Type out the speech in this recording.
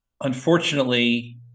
unfortunately